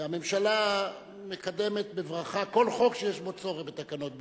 והממשלה מקדמת בברכה כל חוק שיש בו צורך בתקנות ביצוע,